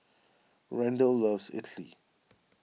Randall loves idly